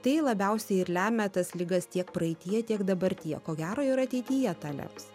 tai labiausiai ir lemia tas ligas tiek praeityje tiek dabartyje ko gero ir ateityje tą lems